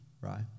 Right